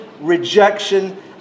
rejection